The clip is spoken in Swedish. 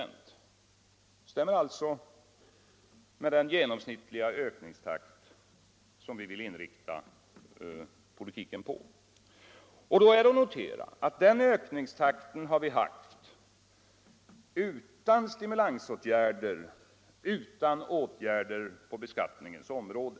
Det stämmer alltså med den genomsnittliga ökningstakt som vi vill inrikta politiken på. Då är att notera att vi har haft den ökningstakten utan stimulansåtgärder och utan åtgärder på beskattningens område.